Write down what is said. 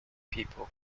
people